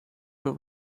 kui